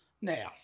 Now